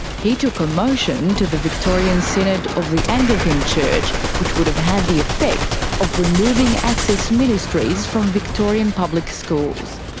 he took a motion to the victorian synod of the anglican church, which would have had the effect of removing access ministries from victorian public schools.